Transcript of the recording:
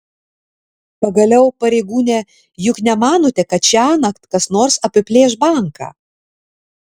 pagaliau pareigūne juk nemanote kad šiąnakt kas nors apiplėš banką